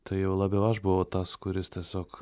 tai jau labiau aš buvau tas kuris tiesiog